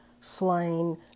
slain